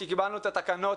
כי קיבלנו את התקנות,